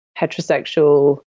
heterosexual